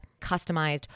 customized